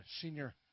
senior